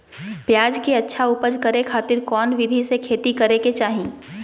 प्याज के अच्छा उपज करे खातिर कौन विधि से खेती करे के चाही?